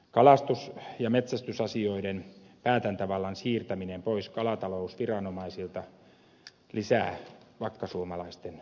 kalastus ja metsästysasioiden päätäntävallan siirtäminen pois kalatalousviranomaisilta lisää vakkasuomalaisten huolta